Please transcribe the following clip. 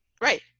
Right